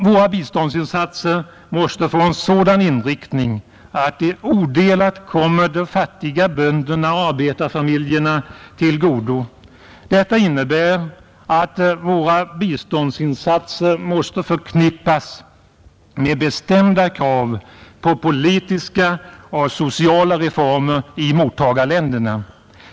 Våra biståndsinsatser måste få en sådan inriktning att de odelat kommer de fattiga bönderna och arbetarfamiljerna till godo. Detta innebär att våra biståndsinsatser måste förknippas med bestämda krav på politiska och sociala reformer i mottagarländerna.